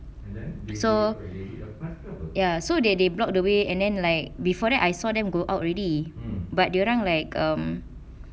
so ya so they they block the way and then like before that I saw them go out already but dia orang like um